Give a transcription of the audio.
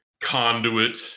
conduit